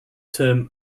term